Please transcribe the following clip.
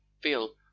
feel